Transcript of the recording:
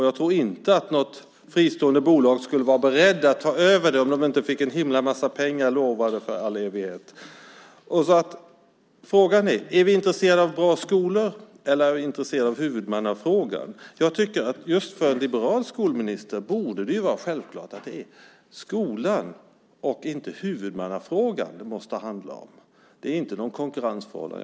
Jag tror inte att något fristående bolag skulle vara berett att ta över verksamheten om man inte blev lovad en väldig massa pengar i all evighet. Frågan är om vi är intresserade av bra skolor eller av huvudmannafrågan. För en liberal skolminister borde det vara självklart att det är skolan och inte huvudmannafrågan det måste handla om. Det finns inte något konkurrensförhållande.